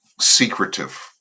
secretive